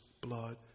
blood